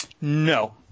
No